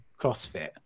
CrossFit